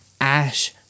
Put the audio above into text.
ash